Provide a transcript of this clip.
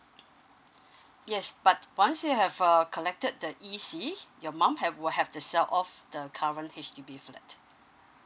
yes but once you have err collected the e c your mum have will have to sell off the current H_D_B flat